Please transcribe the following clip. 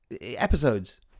episodes